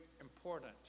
important